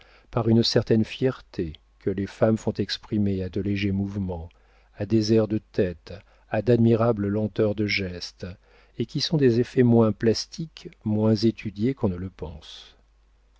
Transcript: par une certaine fierté que les femmes font exprimer à de légers mouvements à des airs de tête à d'admirables lenteurs de geste et qui sont des effets moins plastiques moins étudiés qu'on ne le pense